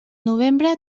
novembre